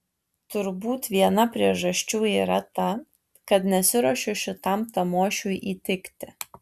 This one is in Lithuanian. turbūt viena priežasčių yra ta kad nesiruošiu šitam tamošiui įtikti